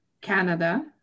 Canada